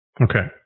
okay